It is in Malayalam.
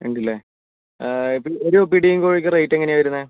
ഉണ്ട്ല്ലേ ഒരു പിടീം കോഴീക്കും റേറ്റ് എങ്ങനെയാണ് വരുന്നത്